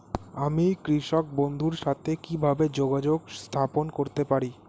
আমি কৃষক বন্ধুর সাথে কিভাবে যোগাযোগ স্থাপন করতে পারি?